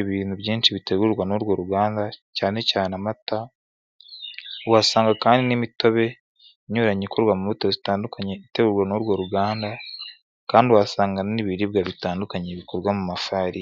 ibintu byinshi bitegurwa n'urwo ruganda cyane cyane amata, uhasanga kandi n'imitobeikorwa mu mbuto zitandukanye itegurwa n'urwo ruganda kandi uhasanga n'ibiribwa bitandukanye bikorwa mu mafariri.